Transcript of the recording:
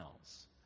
else